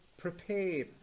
prepare